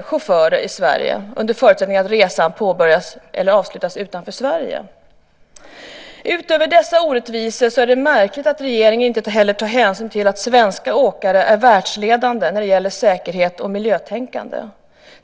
chaufförer i Sverige under förutsättning att resan påbörjas eller avslutas utanför Sverige. Utöver dessa orättvisor är det märkligt att regeringen inte tar hänsyn till att svenska åkare är världsledande när det gäller säkerhet och miljötänkande.